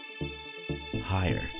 Higher